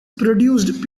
produced